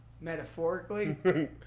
metaphorically